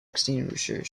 extinguisher